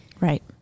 Right